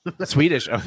Swedish